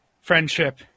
friendship